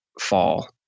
fall